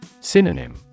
Synonym